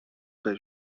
pas